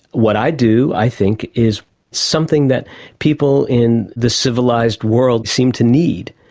what i do, i think, is something that people in the civilised world seem to need,